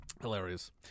Hilarious